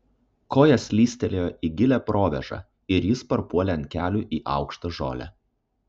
koja slystelėjo į gilią provėžą ir jis parpuolė ant kelių į aukštą žolę